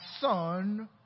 son